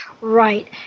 Right